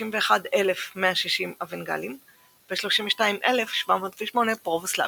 61,160 אוונגלים ו-32,708 פרבוסלבים.